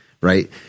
Right